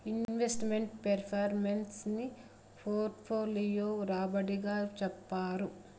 invest meant performance ని portfolio రాబడి గా చెప్తారు